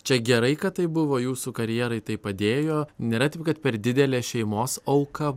čia gerai kad tai buvo jūsų karjerai tai padėjo nėra taip kad per didelė šeimos auka